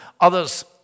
others